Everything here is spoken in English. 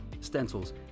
stencils